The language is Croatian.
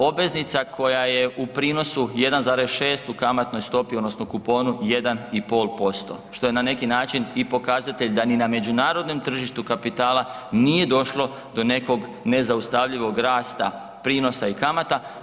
Obveznica koja je u prinosu 1,6 u kamatnoj stopi odnosno kuponu 1,5% što je na neki način i pokazatelj da ni na međunarodnom tržištu kapitala nije došlo do nekog nezaustavljivog rasta prinosa i kamata.